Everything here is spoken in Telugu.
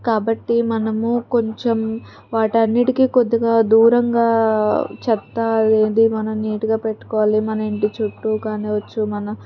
కాబట్టి మనము కొంచెం వాటన్నిటికీ కొద్దిగా దూరంగా చెత్త అనేది మనం నీటుగా పెట్టుకోవాలి మన ఇంటి చుట్టూ కానివ్వచ్చు మన